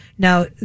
Now